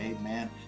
Amen